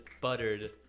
buttered